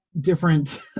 different